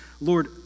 Lord